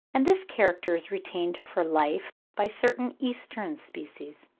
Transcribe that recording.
and this character is retained for life by certain eastern species.